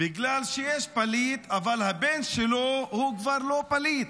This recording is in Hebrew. בגלל שיש פליט, אבל הבן שלו הוא כבר לא פליט.